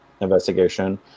investigation